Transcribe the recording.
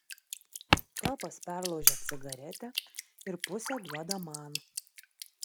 kropas perlaužia cigaretę ir pusę duoda man